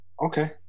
Okay